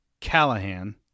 Callahan